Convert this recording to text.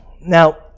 Now